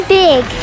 big